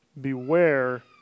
beware